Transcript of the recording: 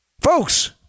Folks